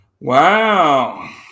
Wow